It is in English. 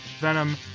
Venom